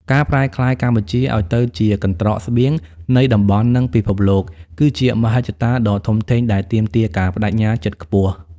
ការប្រែក្លាយកម្ពុជាឱ្យទៅជា "កន្ត្រកស្បៀង" នៃតំបន់ និងពិភពលោក គឺជាមហិច្ឆតាដ៏ធំធេងដែលទាមទារការប្តេជ្ញាចិត្តខ្ពស់។